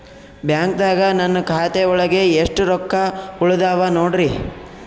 ಬ್ಯಾಂಕ್ದಾಗ ನನ್ ಖಾತೆ ಒಳಗೆ ಎಷ್ಟ್ ರೊಕ್ಕ ಉಳದಾವ ನೋಡ್ರಿ?